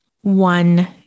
one